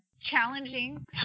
challenging